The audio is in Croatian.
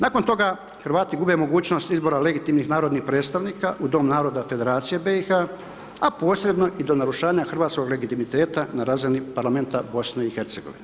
Nakon toga Hrvati gube mogućnost izbora legitimnih narodnih predstavnika u Dom naroda Federacije BiH, a posredno i do narušavanja hrvatskog legitimiteta na razini parlamenta BiH.